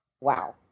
Wow